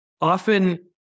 often